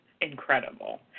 incredible